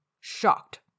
Shocked